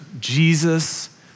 Jesus